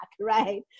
right